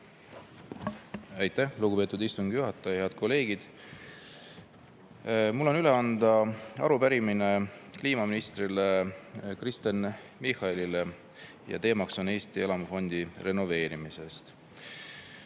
Aitäh, lugupeetud istungi juhataja! Head kolleegid! Mul on üle anda arupärimine kliimaminister Kristen Michalile ja teema on Eesti elamufondi renoveerimine.